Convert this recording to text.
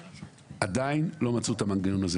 אני מודה לך.